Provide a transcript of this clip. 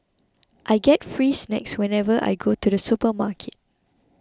I get free snacks whenever I go to the supermarket